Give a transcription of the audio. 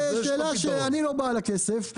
אני לא בעל הכסף.